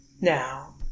Now